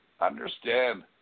understand